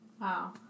Wow